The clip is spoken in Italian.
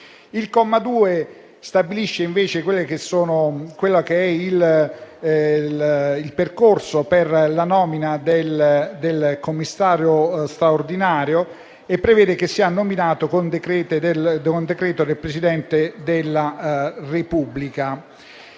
Il comma 2 stabilisce, invece, il percorso per la nomina del commissario straordinario, che prevede sia nominato con decreto del Presidente della Repubblica.